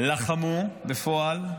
לחמו בפועל.